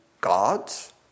gods